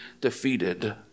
defeated